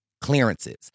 clearances